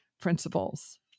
principles